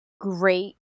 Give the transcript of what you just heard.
great